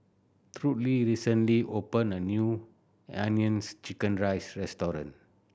Trudy recently opened a new hainanese chicken rice restaurant